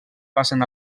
passen